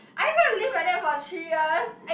are you gonna live like that for three years